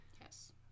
Yes